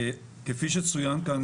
כפי שצוין כאן,